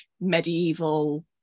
medieval